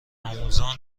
آموزان